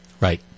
Right